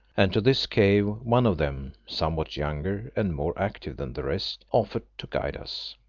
and to this cave one of them, somewhat younger and more active than the rest, offered to guide us.